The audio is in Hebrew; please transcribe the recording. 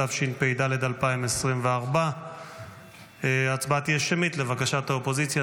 התשפ"ד 2024. לבקשת האופוזיציה,